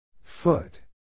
Foot